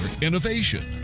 innovation